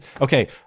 okay